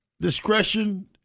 discretion